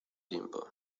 tiempo